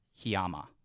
Hiyama